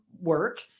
work